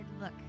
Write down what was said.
look